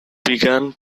began